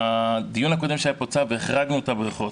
בדיון הקודם שהיה פה צו והחרגנו את הבריכות,